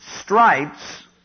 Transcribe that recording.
stripes